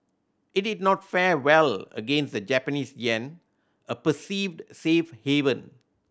it did not fare well against the Japanese yen a perceived safe haven